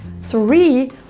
three